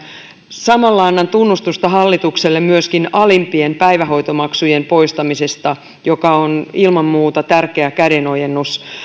samalla annan tunnustusta hallitukselle myöskin alimpien päivähoitomaksujen poistamisesta joka on ilman muuta tärkeä kädenojennus